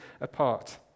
apart